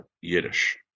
Yiddish